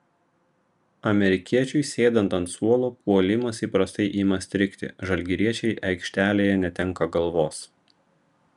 amerikiečiui sėdant ant suolo puolimas įprastai ima strigti žalgiriečiai aikštelėje netenka galvos